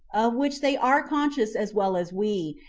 of which they are conscious as well as we,